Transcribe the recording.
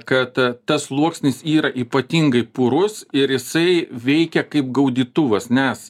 kad tas sluoksnis yra ypatingai purus ir jisai veikia kaip gaudytuvas nes